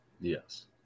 Yes